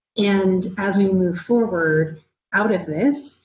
and as we move forward out of this,